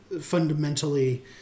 fundamentally